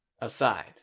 aside